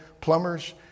plumbers